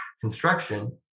construction